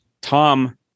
Tom